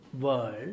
world